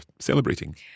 celebrating